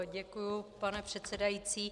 Děkuji, pane předsedající.